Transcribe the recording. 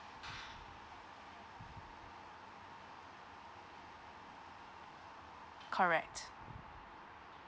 correct